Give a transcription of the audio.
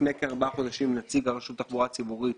לפני כארבעה חודשים נציג הרשות לתחבורה ציבורית